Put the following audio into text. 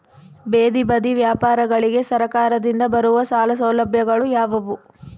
ಬೇದಿ ಬದಿ ವ್ಯಾಪಾರಗಳಿಗೆ ಸರಕಾರದಿಂದ ಬರುವ ಸಾಲ ಸೌಲಭ್ಯಗಳು ಯಾವುವು?